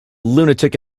lunatic